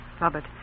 Robert